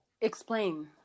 explain